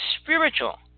spiritual